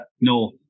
no